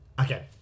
Okay